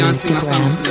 Instagram